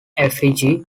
effigy